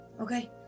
Okay